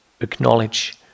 acknowledge